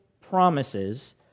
promises